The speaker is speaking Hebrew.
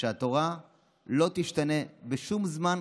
שהתורה לא תשתנה בשום זמן,